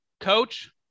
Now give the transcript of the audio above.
coach